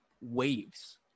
waves